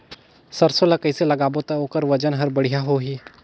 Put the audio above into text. सरसो ला कइसे लगाबो ता ओकर ओजन हर बेडिया होही?